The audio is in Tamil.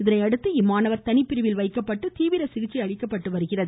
இதனையடுத்து இம்மாணவர் தனிப்பிரிவில் வைக்கப்பட்டு அவருக்கு தீவிர சிகிச்சை அளிக்கப்பட்டு வருகிறது